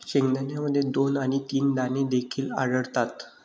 शेंगदाण्यामध्ये दोन आणि तीन दाणे देखील आढळतात